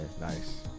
Nice